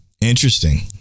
Interesting